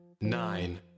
Nine